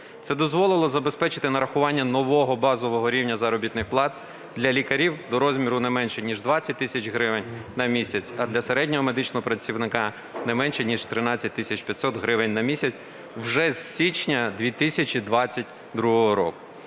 Це дозволило забезпечити нарахування нового базового рівня заробітних плат для лікарів до розміру не менше ніж 20 тисяч гривень на місяць, а для середнього медичного працівника – не менше ніж 13 тисяч 500 гривень на місяць вже з січня 2022 року.